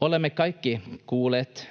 Olemme kaikki kuulleet